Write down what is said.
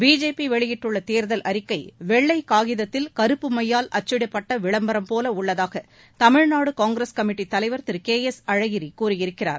BJP வெளியிட்டுள்ள தேர்தல் அறிக்கை வெள்ளை காகிதத்தில் கருப்பு மையால் அச்சிடப்பட்ட விளம்பரம் போல உள்ளதாக தமிழ்நாடு காங்கிரஸ் கமிட்டித் தலைவர் திரு கே எஸ் அழகிரி கூறியிருக்கிறார்